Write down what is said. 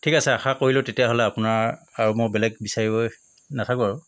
ঠিক আছে আশা কৰিলো তেতিয়াহ'লে আপোনাৰ আৰু মই বেলেগ বিচাৰি নাথাকোঁ আৰু